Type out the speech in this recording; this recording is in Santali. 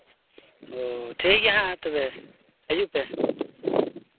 ᱦᱳᱭ ᱴᱷᱤᱠ ᱜᱮᱭᱟ ᱦᱟᱸᱜ ᱛᱚᱵᱮ ᱦᱤᱡᱩᱜ ᱯᱮ